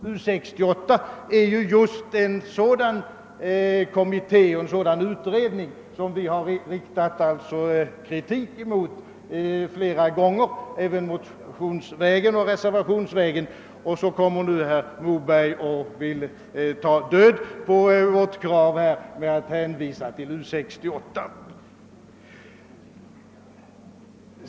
U 68 är just en sådan utredning som vi flera gånger har riktat kritik mot, både motionsoch reservationsvägen. Och så vill nu herr Moberg ta död på vårt krav genom att hänvisa till U 68!